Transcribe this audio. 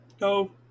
No